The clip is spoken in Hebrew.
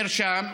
מרשם,